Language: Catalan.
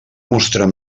mostrar